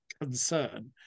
concern